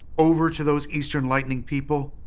over to those eastern lightning people?